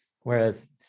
whereas